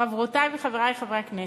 חברותי וחברי חברי הכנסת,